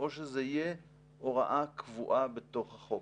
או שזה יהיה הוראה קבועה בתוך החוק,